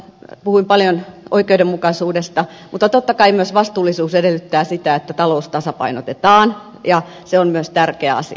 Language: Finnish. puhuin paljon oikeudenmukaisuudesta mutta totta kai myös vastuullisuus edellyttää sitä että talous tasapainotetaan ja se on myös tärkeä asia